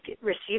receive